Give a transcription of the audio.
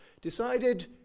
decided